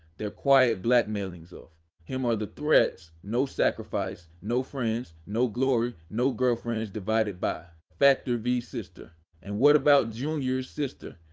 their quiet blackmailings of him are the threats no sacrifice, no friends no glory, no girlfriends but factor v sister and what about junior's sister?